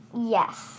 Yes